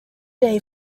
day